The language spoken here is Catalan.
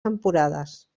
temporades